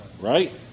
right